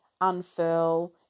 unfurl